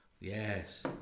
Yes